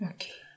Okay